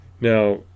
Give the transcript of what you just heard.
Now